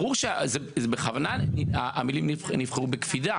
ברור, בכוונה המילים נבחרו בקפידה,